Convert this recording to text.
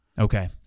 Okay